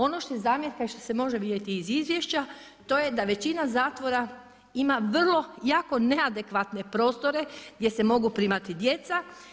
Ono što je zamjerka i što se može vidjeti iz izvještaj, to je da većina zatvora ima vrlo, jako neadekvatne prostore, gdje se mogu primati djeca.